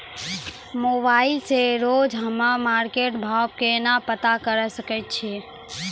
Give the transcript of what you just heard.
Mobile से रोजे हम्मे मार्केट भाव केना पता करे सकय छियै?